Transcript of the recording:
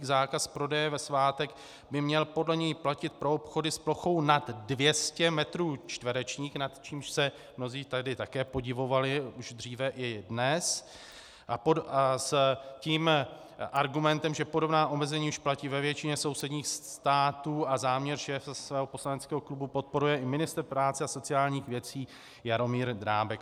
Zákaz prodeje ve svátek by měl podle něj platit pro obchody s plochou nad 200 metrů čtverečních, nad čímž se mnozí tady také podivovali už dříve, i dnes, s tím argumentem, že podobná omezení už platí ve většině sousedních států, a záměr šéfa svého poslaneckého klubu podporuje i ministr práce a sociálních věcí Jaromír Drábek.